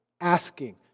Asking